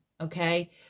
Okay